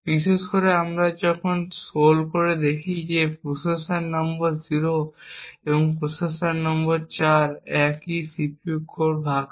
বিশেষ করে আমরা যদি স্ক্রোল করলে দেখি যে প্রসেসর নম্বর 0 এবং প্রসেসর নম্বর 4 একই CPU কোর ভাগ করে